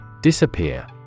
Disappear